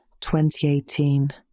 2018